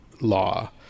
law